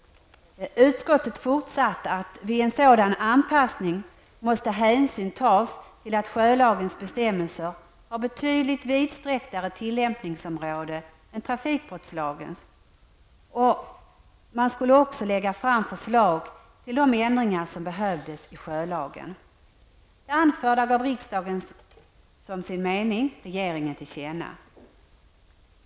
Vid en sådan anpassning måste emellertid, fortsatte utskottet, hänsyn tas till att sjölagens bestämmelser har betydligt vidsträcktare tillämpningsområde än trafikbrottslagens. Man skulle också lägga fram förslag till erforderliga ändringar i sjölagen. Det anförda gav riksdagen som sin mening regeringen till känna.